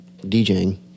DJing